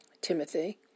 Timothy